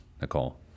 Nicole